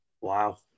Wow